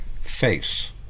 face